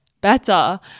better